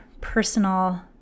personal